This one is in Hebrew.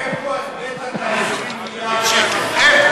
איפה החבאת את ה-20 מיליארד שקל, איפה?